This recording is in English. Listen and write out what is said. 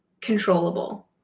controllable